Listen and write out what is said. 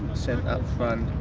center up front,